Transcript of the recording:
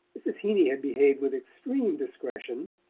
mrs. heeny had behaved with extreme discretion,